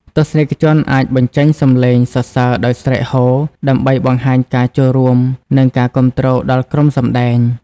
ទស្សនិកជនអាចបញ្ចេញសំឡេងសរសើរដោយស្រែកហ៊ោ ដើម្បីបង្ហាញការចូលរួម និងការគាំទ្រដល់ក្រុមសម្តែង។